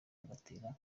agatera